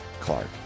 Clark